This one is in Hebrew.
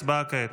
הצבעה כעת.